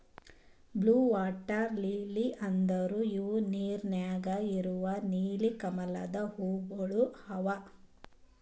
blue water lily ಅಂದುರ್ ಇವು ನೀರ ನ್ಯಾಗ ಇರವು ನೀಲಿ ಕಮಲದ ಹೂವುಗೊಳ್ ಅವಾ